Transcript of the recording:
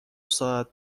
ساعت